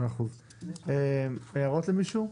מאה אחוז, הערות למישהו?